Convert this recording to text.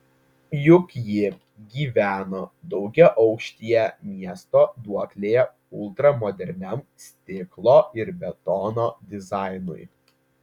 juk ji gyveno daugiaaukštyje miesto duoklėje ultramoderniam stiklo ir betono dizainui